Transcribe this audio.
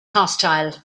hostile